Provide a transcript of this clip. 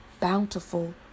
bountiful